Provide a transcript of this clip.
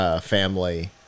family